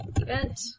event